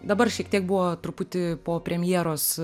dabar šiek tiek buvo truputį po premjeros